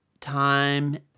time